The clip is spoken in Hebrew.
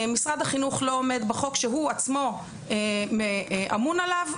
משרד החינוך לא עומד בחוק שהוא עצמו אמון עליו,